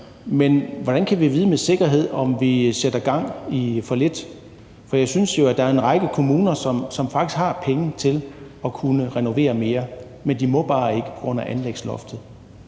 Men hvordan kan vi vide med sikkerhed, om vi sætter gang i for lidt? Jeg synes, at der er en række kommuner, som faktisk har penge til at kunne renovere mere, men det må de bare ikke på grund af anlægsloftet.